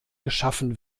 geschaffen